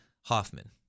Hoffman